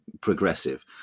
progressive